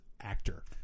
actor